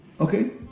Okay